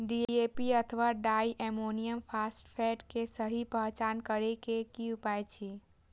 DAP अथवा diammonium phosphate के सहि पहचान करे के कि उपाय अछि?